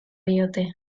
diote